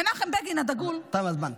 מנחם בגין הדגול, תם הזמן.